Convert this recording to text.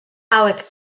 hauek